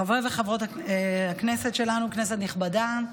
חברי וחברות הכנסת שלנו, הכנסת הנכבדה,